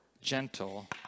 gentle